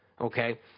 okay